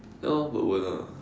ya lor but won't ah